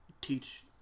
teach